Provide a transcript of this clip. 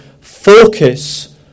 focus